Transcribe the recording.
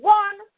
one